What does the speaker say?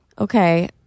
Okay